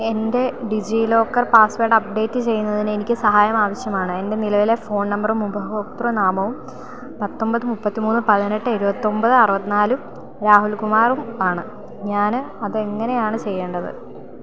എൻ്റെ DigiLocker password update ചെയ്യുന്നതിനെനിക്ക് സഹായം ആവശ്യമാണ് എൻ്റെ നിലവിലെ ഫോൺ നമ്പറും ഉപയോക്തൃ നാമവും പത്തൊൻപത് മുപ്പത്തി മൂന്ന് പതിനെട്ട് എഴുപത്തൊൻപത് അറുപത്തി നാലും രാഹുൽ കുമാറും ആണ് ഞാൻ അത് എങ്ങനെയാണ് ചെയ്യേണ്ടത്